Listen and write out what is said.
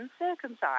uncircumcised